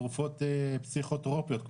תרופות פסיכותרפיות,